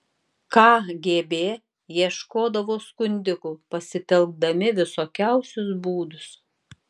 kgb ieškodavo skundikų pasitelkdami visokiausius būdus